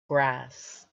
grass